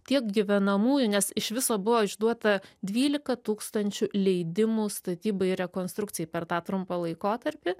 tiek gyvenamųjų nes iš viso buvo išduota dvylika tūkstančių leidimų statybai rekonstrukcijai per tą trumpą laikotarpį